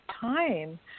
time